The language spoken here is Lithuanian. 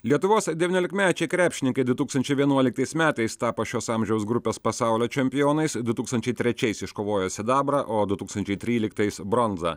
lietuvos devyniolikmečiai krepšininkai du tūkstančiai vienuoliktais metais tapo šios amžiaus grupės pasaulio čempionais du tūkstančiai trečiais iškovojo sidabrą o du tūkstančiai tryliktais bronzą